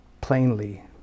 plainly